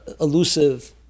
elusive